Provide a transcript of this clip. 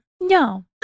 No